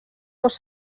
dos